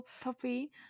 puppy